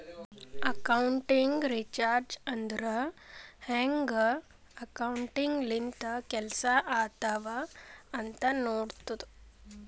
accounting research ಅಂದುರ್ ಹ್ಯಾಂಗ್ accounting ಲಿಂತ ಕೆಲ್ಸಾ ಆತ್ತಾವ್ ಅಂತ್ ನೋಡ್ತುದ್